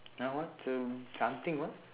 ah what some something what